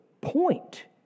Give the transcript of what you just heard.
point